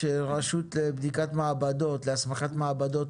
שרשות להסמכת מעבדות